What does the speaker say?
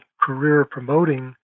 career-promoting